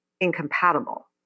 incompatible